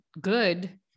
good